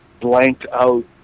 blanked-out